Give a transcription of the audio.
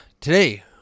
Today